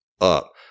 up